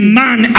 man